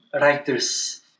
writers